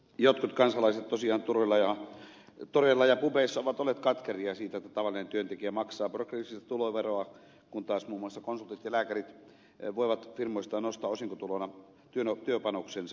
jotkut kansalaiset tosiaan turuilla toreilla ja pubeissa ovat olleet katkeria siitä että tavallinen työntekijä maksaa progressiivista tuloveroa kun taas muun muassa konsultit ja lääkärit voivat firmoistaan nostaa osinkotuloina työpanoksensa